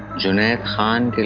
zunaid khan.